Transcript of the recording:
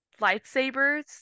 lightsabers